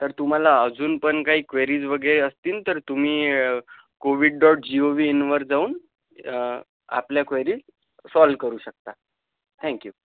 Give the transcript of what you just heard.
तर तुम्हाला अजून पण काही क्वेरिज वगैरे असतील तर तुम्ही कोविड डॉट जीओवी इनवर जाऊन आपल्या क्वेरिज सॉल्व करू शकता थँक यू